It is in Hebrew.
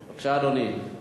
בבקשה, אדוני.